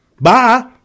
Bye